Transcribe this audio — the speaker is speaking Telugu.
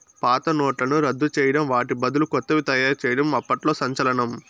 పాత నోట్లను రద్దు చేయడం వాటి బదులు కొత్తవి తయారు చేయడం అప్పట్లో సంచలనం